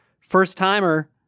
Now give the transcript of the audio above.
first-timer